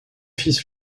fils